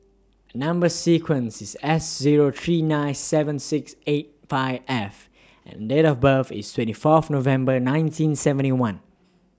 Number sequence IS S Zero three nine seven six eight five F and Date of birth IS twenty Fourth November nineteen seventy one